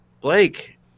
Blake